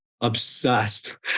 obsessed